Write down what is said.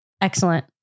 Excellent